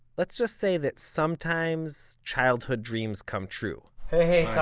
let's just say that sometimes childhood dreams come true hey